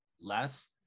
less